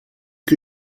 que